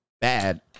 bad